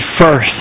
first